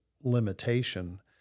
limitation